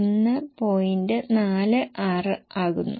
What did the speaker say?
46 ആകുന്നു